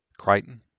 Crichton